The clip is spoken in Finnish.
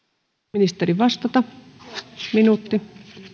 ministeri vastata yksi minuutti